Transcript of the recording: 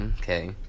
Okay